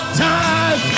time